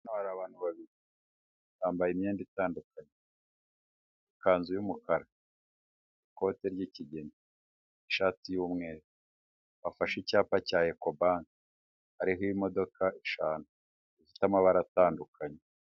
Hano hari abantu babiri bambaye imyenda itandukanye, ikanzu y'umukara, ikote ry'ikigina, ishati y'umweru bafashe icyapa cya Eco bank hariho imodoka eshanu zifite amabara atandukanye.